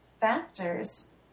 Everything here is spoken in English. factors